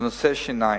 לנושא השיניים.